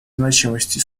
значимости